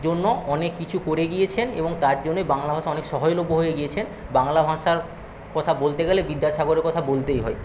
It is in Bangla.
জন্য অনেক কিছু করে গিয়েছেন এবং তার জন্যে বাংলা ভাষা অনেক সহজলভ্য হয়ে গিয়েছে বাংলা ভাষার কথা বলতে গেলে বিদ্যাসাগরের কথা বলতেই হয়